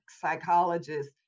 psychologist